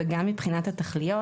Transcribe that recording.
וגם מבחינת התכליות,